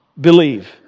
believe